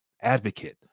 advocate